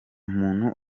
muntu